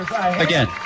again